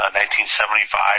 1975